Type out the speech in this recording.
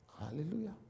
Hallelujah